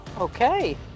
Okay